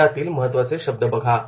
यातील महत्त्वाचे शब्द बघा